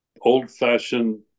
old-fashioned